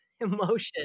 emotion